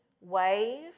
wave